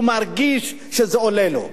הוא מרגיש שזה עולה לו.